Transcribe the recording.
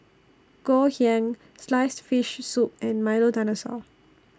Ngoh Hiang Sliced Fish Soup and Milo Dinosaur